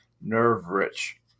nerve-rich